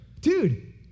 dude